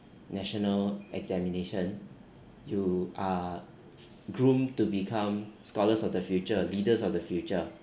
national examination you are groomed to become scholars of the future leaders of the future